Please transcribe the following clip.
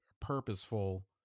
purposeful